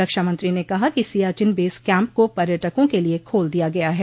रक्षा मंत्री ने कहा कि सियाचिन बेस कैम्प को पर्यटकों के लिए खोल दिया गया है